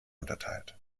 unterteilt